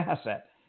asset